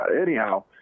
anyhow